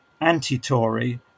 anti-tory